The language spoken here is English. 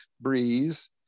breeze